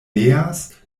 neas